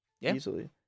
easily